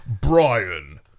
Brian